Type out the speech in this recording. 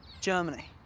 germany.